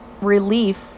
relief